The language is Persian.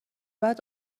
بعد